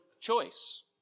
choice